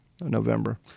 November